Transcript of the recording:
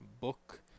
Book